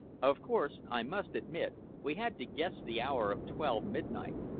of course i must admit we had to guess the hour of twelve midnight,